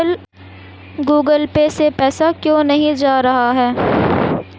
Google Pay से पैसा क्यों नहीं जा रहा है?